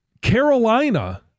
Carolina